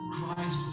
Christ